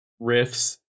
riffs